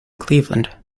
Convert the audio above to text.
cleveland